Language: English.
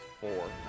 four